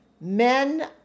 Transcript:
Men